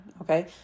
Okay